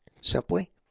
simply